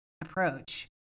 approach